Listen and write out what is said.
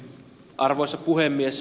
arvoisa puhemies